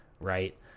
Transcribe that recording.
Right